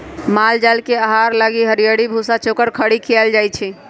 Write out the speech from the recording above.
माल जाल के आहार लागी हरियरी, भूसा, चोकर, खरी खियाएल जाई छै